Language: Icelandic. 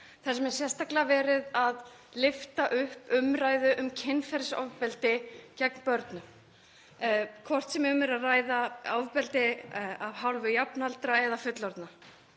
þar sem er sérstaklega verið að lyfta upp umræðu um kynferðisofbeldi gegn börnum, hvort sem um er að ræða ofbeldi af hálfu jafnaldra eða fullorðinna.